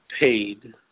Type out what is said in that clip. paid